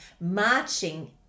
marching